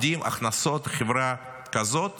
הכנסות של חברה עם עשרה עובדים